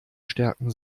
stärken